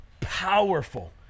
powerful